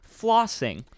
flossing